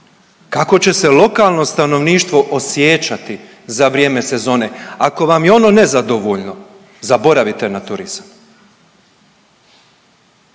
kako će se lokalno stanovništvo osjećati za vrijeme sezone, ako vam je ono nezadovoljno, zaboravite na turizam.